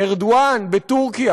ארדואן בטורקיה